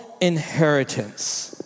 inheritance